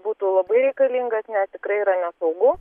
būtų labai reikalingas nes tikrai yra nesaugu